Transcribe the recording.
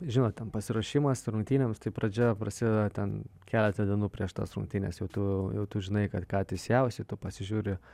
žinot ten pasiruošimas rungtynėms tai pradžia prasideda ten keletą dienų prieš tas rungtynes jau tu jau tu žinai kad ką teisėjausi tu pasižiūri